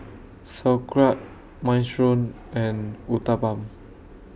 Sauerkraut Minestrone and Uthapam